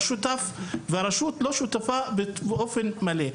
הרשות לא שותפה באופן מלא.